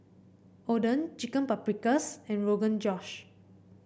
Oden Chicken Paprikas and Rogan Josh